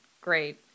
great